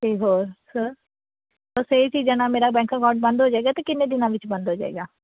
ਅਤੇ ਹੋਰ ਸਰ ਬਸ ਇਹ ਚੀਜ਼ਾਂ ਨਾਲ ਮੇਰਾ ਬੈਂਕ ਅਕਾਊਂਟ ਬੰਦ ਹੋ ਜਾਵੇਗਾ ਅਤੇ ਕਿੰਨੇ ਦਿਨਾਂ ਵਿੱਚ ਬੰਦ ਹੋ ਜਾਵੇਗਾ